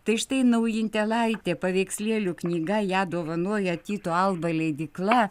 tai štai naujutėlaitė paveikslėlių knyga ją dovanoja tyto alba leidykla